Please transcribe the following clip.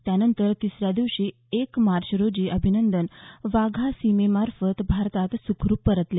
त्यानंतर तिसऱ्या दिवशी एक मार्चरोजी अभिनंदन वाघा सीमेमार्फत भारतात सुखरुप परतले